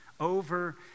over